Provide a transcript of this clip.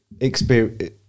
experience